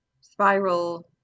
spiral